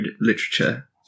literature